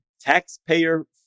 taxpayer